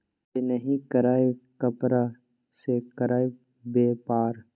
जे नहि करय कपाड़ से करय बेपार